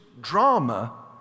drama